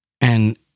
And-